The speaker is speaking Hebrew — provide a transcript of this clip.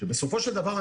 שבסופו של דבר,